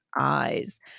eyes